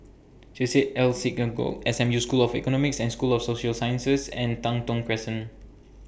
Chesed El Synagogue S M U School of Economics and School of Social Sciences and Tai Thong Crescent